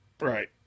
Right